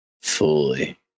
Fully